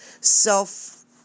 self